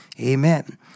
Amen